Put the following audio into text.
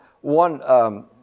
one